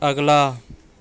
ਅਗਲਾ